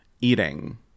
eating